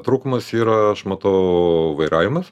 trūkumas yra aš matau vairavimas